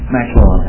Maxwell